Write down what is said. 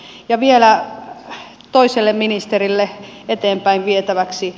ja vielä toiselle ministerille eteenpäin vietäväksi